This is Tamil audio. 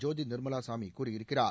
ஜோதி நிர்மலா சாமி கூறியிருக்கிறார்